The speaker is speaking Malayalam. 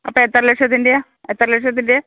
അപ്പോൾ എത്ര ലക്ഷത്തിന്റെ ആണ് എത്ര ലക്ഷത്തിന്റെ ആണ്